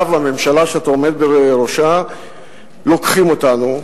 אתה והממשלה שאתה עומד בראשה לוקחים אותנו.